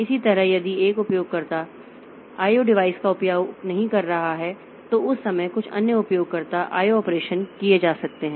इसी तरह यदि एक उपयोगकर्ता IO डिवाइस का उपयोग नहीं कर रहा है तो उस समय कुछ अन्य उपयोगकर्ता IO ऑपरेशन किए जा सकते हैं